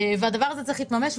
הדבר הזה צריך להתממש,